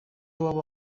waba